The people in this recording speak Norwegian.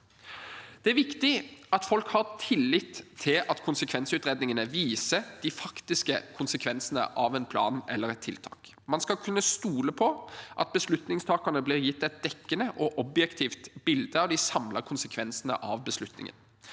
Det er viktig at folk har tillit til at konsekvensutredningene viser de faktiske konsekvensene av en plan eller et tiltak. Man skal kunne stole på at beslutningstakerne blir gitt et dekkende og objektivt bilde av de samlede konsekvensene av beslutningen.